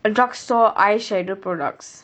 uh drugstore eyeshadow products